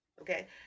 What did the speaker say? Okay